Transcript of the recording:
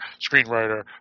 screenwriter